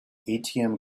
atm